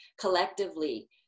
collectively